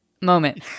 moment